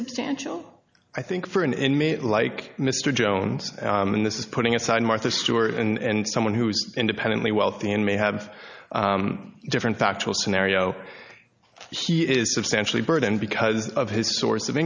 substantial i think for an inmate like mr jones and this is putting aside martha stewart and someone who is independently wealthy and may have different factual scenario he is substantially burdened because of his source of